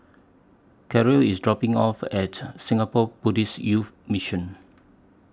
Karel IS dropping off At Singapore Buddhist Youth Mission